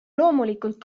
loomulikult